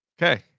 okay